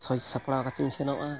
ᱥᱟᱡᱽ ᱥᱟᱯᱲᱟᱣ ᱠᱟᱛᱮᱫ ᱤᱧ ᱥᱮᱱᱚᱜᱼᱟ